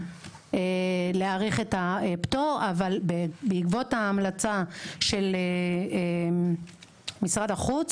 להאריך את הפטור אבל בעקבות ההמלצה של משרד החוץ